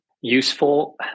useful